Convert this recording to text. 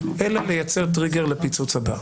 אלא לייצר טריגר לפיצוץ הבא.